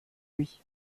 lui